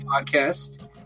Podcast